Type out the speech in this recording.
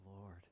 Lord